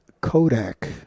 Kodak